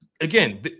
Again